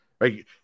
Right